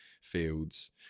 fields